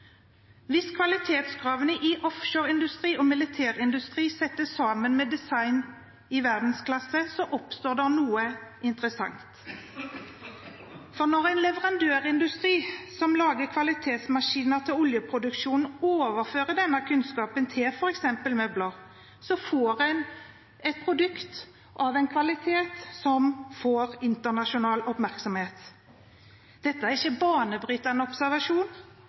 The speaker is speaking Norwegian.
Hvis kvalitetskravene i offshoreindustri og militærindustri settes sammen med design i verdensklasse, oppstår det noe interessant. For når en leverandørindustri som lager kvalitetsmaskiner til oljeproduksjonen, overfører denne kunnskapen til f.eks. møbler, får en et produkt av en kvalitet som får internasjonal oppmerksomhet. Dette er ikke en banebrytende observasjon,